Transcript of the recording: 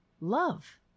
love